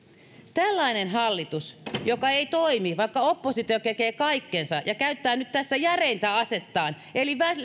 tällainen hallitus joka ei toimi vaikka oppositio tekee kaikkensa ja käyttää nyt tässä järeintä asettaan eli